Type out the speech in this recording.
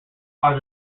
are